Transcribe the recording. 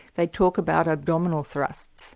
they talk about abdominal thrusts